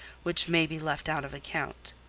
which may be left out of account.